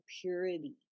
purity